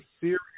serious